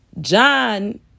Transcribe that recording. John